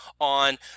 on